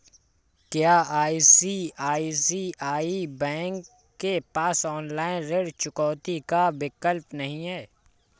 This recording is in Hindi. क्या आई.सी.आई.सी.आई बैंक के पास ऑनलाइन ऋण चुकौती का विकल्प नहीं है?